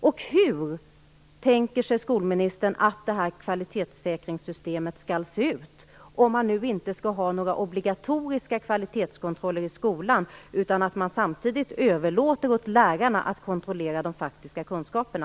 Och hur tänker sig skolministern att det här kvalitetssäkringssystemet skall se ut, om man nu inte skall ha några obligatoriska kvalitetskontroller i skolan utan att man samtidigt överlåter åt lärarna att kontrollera de faktiska kunskaperna?